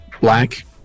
black